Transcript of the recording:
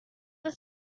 was